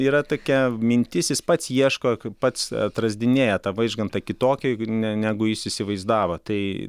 yra tokia mintis jis pats ieško kaip pats atrasdinėja tą vaižgantą kitokį ne negu jis įsivaizdavo tai